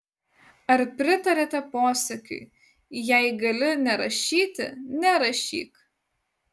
ar pritariate posakiui jei gali nerašyti nerašyk